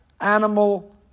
animal